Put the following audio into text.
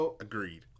Agreed